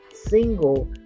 single